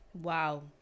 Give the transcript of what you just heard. Wow